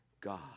God